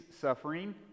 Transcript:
suffering